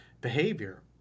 behavior